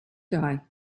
die